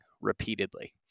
repeatedly